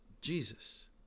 Jesus